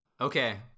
Okay